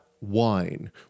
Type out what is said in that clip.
wine